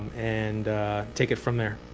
and take it from there.